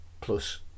plus